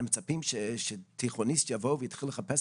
אנחנו מצפים שתיכוניסט יבוא ויתחיל לחפש